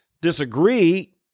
disagree